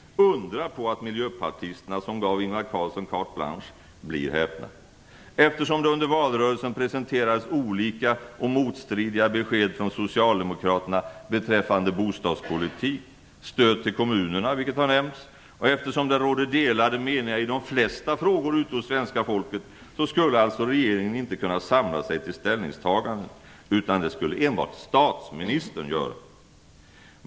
Undra på att miljöpartisterna som gav Ingvar Carlsson carte blanche blir häpna! Eftersom det under valrörelsen presenterades olika och motstridiga besked från Socialdemokraterna beträffande bostadspolitik, stöd till kommunerna, och eftersom det råder delade meningar i de flesta frågor ute hos svenska folket, skulle alltså regeringen inte kunna samla sig till ställningstaganden, utan det skulle enbart statsministern kunna göra.